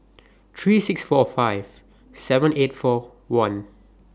three thousand six hundred and forty five seven thousand eight hundred and forty one